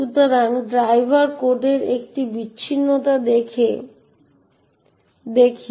সুতরাং ড্রাইভার কোডের একটি বিচ্ছিন্নতা দেখি